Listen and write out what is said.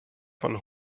von